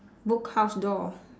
book house door